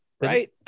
Right